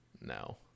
No